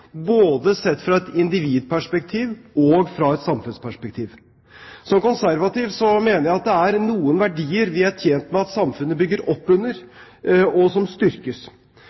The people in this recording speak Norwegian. både fra et individperspektiv og fra et samfunnsperspektiv. Som konservativ mener jeg at det er noen verdier vi er tjent med at samfunnet bygger opp under, og som styrkes.